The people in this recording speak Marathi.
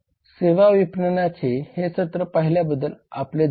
सेवा विपणनाचे हे सत्र पाहिल्याबद्दल आपले धन्यवाद